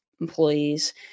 employees